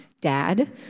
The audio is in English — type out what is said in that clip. dad